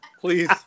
Please